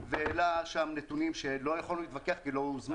והעלה שם נתונים שלא יכולנו להתווכח כי לא הוזמנו.